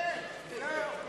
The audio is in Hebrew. מתקציב המדינה.